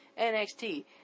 NXT